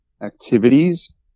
activities